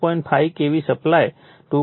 5 KV supply 2